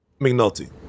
McNulty